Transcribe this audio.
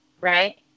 right